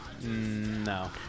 No